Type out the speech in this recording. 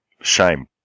Shame